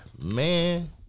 man